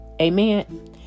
Amen